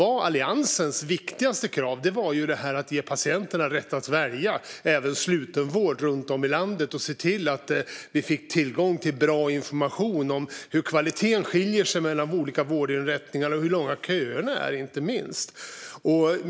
Alliansens viktigaste krav var att ge patienterna rätt att välja, även slutenvård, runt om i landet och att se till att vi får tillgång till bra information om hur kvaliteten skiljer sig mellan de olika vårdinrättningarna och hur långa köerna är, inte minst.